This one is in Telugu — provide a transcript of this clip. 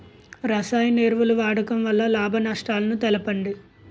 రసాయన ఎరువుల వాడకం వల్ల లాభ నష్టాలను తెలపండి?